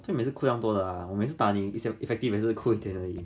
做么每次 cool 这样多的 ah 我每次打你 effective 只是扣一点而已